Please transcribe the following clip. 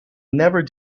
never